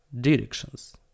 directions